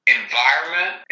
environment